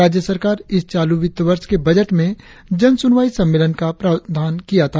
राज्य सरकार इस चालू वित्त वर्ष के बजट में जन सुनवाई सम्मेलन का प्रावधान किया था